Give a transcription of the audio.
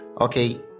Okay